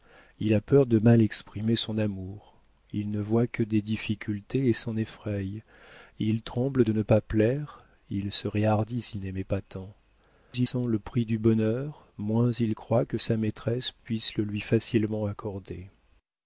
il a peur de mal exprimer son amour il ne voit que des difficultés et s'en effraie il tremble de ne pas plaire il serait hardi s'il n'aimait pas tant plus il sent le prix du bonheur moins il croit que sa maîtresse puisse le lui facilement accorder